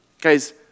Guys